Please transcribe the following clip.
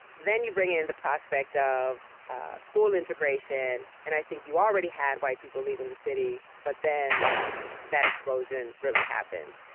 then you bring in the prospect of school integration and i think you already have white people leaving the city but then that explosion really happens.